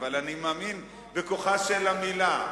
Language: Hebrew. אבל אני מאמין בכוחה של המלה,